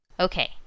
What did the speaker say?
Okay